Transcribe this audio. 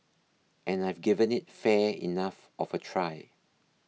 and I've given it fair enough of a try